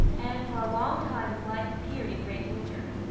and for a long time his life appeared in great danger.